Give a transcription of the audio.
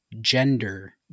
gender